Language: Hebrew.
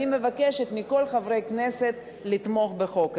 אני מבקשת מכל חברי הכנסת לתמוך בחוק הזה.